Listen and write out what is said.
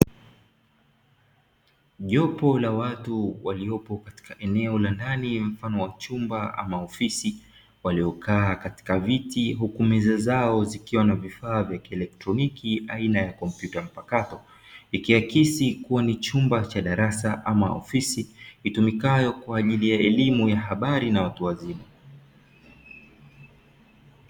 Jopo la watu waliopo katika eneo la ndani mfano wa chumba ama ofisi waliokaa katika viti huku meza zao zikiwa na vifaa vya kielektroniki aina ya kompyuta mpakato ikiakisi kuwa ni chumba cha darasa ama ofisi itumikayo kwa ajili ya elimu ya habari na watu wazima.